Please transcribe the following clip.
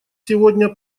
сегодня